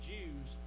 Jews